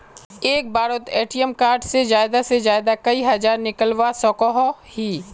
एक बारोत ATM card से ज्यादा से ज्यादा कई हजार निकलवा सकोहो ही?